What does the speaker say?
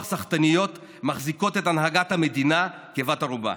סחטניות מחזיקות את הנהגת המדינה כבת ערובה.